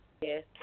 Yes